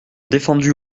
défendu